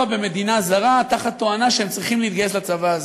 במדינה זרה בתואנה שהם צריכים להתגייס לצבא הזר.